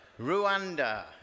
Rwanda